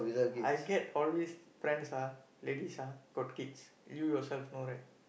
I get always friends ah ladies ah got kids you yourself know right